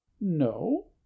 No